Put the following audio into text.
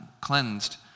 cleansed